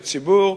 לציבור,